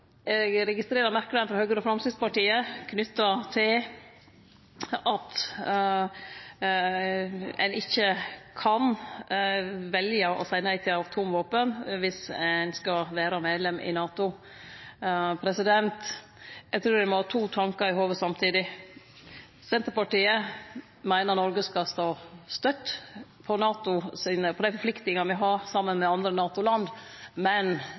Eg registrerer merknaden frå Høgre og Framstegspartiet om at ein ikkje kan velje å seie nei til atomvåpen viss ein skal vere medlem i NATO. Eg trur ein må ha to tankar i hovudet samtidig. Senterpartiet meiner Noreg skal stå støtt på forpliktingane vi har saman med andre NATO-land, men